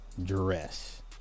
dress